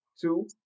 two